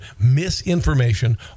misinformation